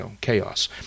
chaos